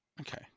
Okay